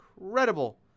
incredible